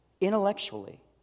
intellectually